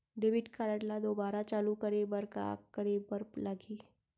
Debit card ला दोबारा चालू करे बर का करे बर लागही?